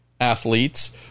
athletes